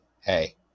hey